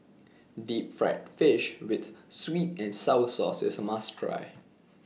Deep Fried Fish with Sweet and Sour Sauce IS A must Try